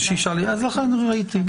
ראיתי.